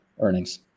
earnings